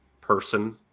person